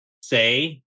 say